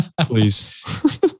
please